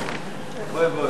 זכויות התלמיד